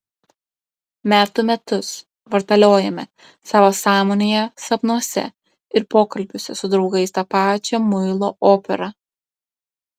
metų metus vartaliojame savo sąmonėje sapnuose ir pokalbiuose su draugais tą pačią muilo operą